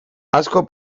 asko